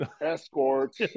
escorts